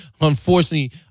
unfortunately